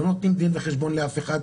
לא נותנים דין וחשבון לאף אחד.